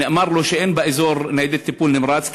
נאמר לו שאין באזור ניידת טיפול נמרץ,